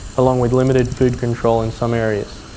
along with limited food control in some areas.